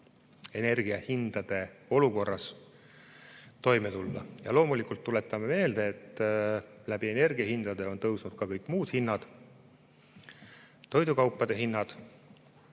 energiahindade olukorras toime tulla. Ja loomulikult tuletame meelde, et energia hindade tõusuga on tõusnud ka kõik muud hinnad, sealhulgas toidukaupade hinnad.